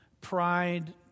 pride